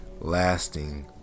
lasting